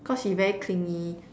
cause she very clingy